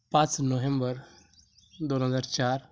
पाच नोहेंबर दोन हजार चार